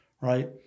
right